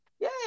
yay